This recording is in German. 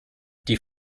die